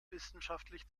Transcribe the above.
wissenschaftlich